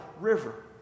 River